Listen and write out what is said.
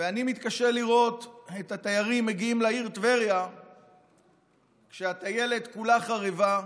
ואני מתקשה לראות את התיירים מגיעים לעיר טבריה כשהטיילת כולה חרבה,